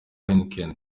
heineken